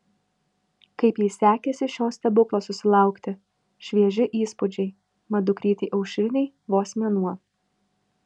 kaip jai sekėsi šio stebuklo susilaukti švieži įspūdžiai mat dukrytei aušrinei vos mėnuo